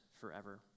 forever